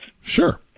Sure